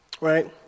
Right